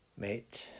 Mate